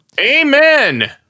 Amen